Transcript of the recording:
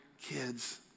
kids